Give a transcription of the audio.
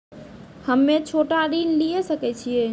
हम्मे छोटा ऋण लिये सकय छियै?